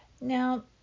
Now